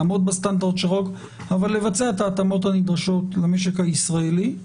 לעמוד בסטנדרט של החוק אבל גם לבצע את ההתאמות הנדרשות למשק הישראלי.